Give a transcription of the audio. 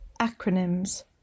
Acronyms